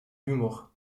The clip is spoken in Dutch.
humor